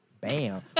Bam